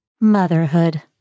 Motherhood